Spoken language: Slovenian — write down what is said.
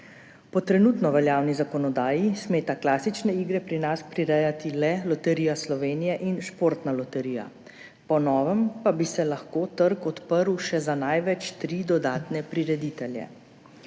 Po trenutno veljavni zakonodaji smeta klasične igre pri nas prirejati le Loterija Slovenije in Športna loterija, po novem pa bi se lahko trg odprl še za največ tri dodatne prireditelje.